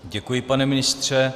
Děkuji, pane ministře.